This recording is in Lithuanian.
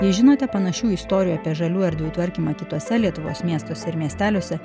žinote panašių istorijų apie žalių erdvių tvarkymą kituose lietuvos miestuose miesteliuose